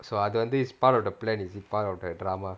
அது வந்து:athu vanthu is part of the plan is it part of the drama